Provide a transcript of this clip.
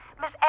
Miss